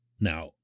Now